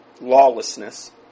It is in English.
lawlessness